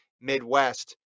Midwest